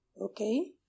Okay